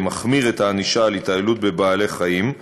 שמחמיר את הענישה על התעללות בבעלי-חיים,